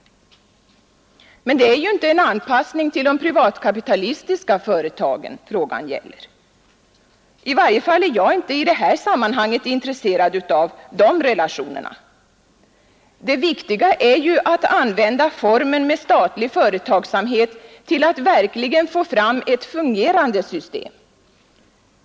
Men det är ju inte en anpassning till de privatkapitalistiska företagen frågan gäller. I varje fall är jag inte i det här sammanhanget intresserad av de relationerna. Det viktiga är att använda formen med statlig företagsamhet till att verkligen få fram ett fungerande system.